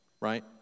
right